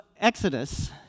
Exodus